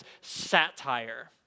satire